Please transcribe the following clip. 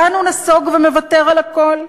כאן הוא נסוג ומוותר על הכול?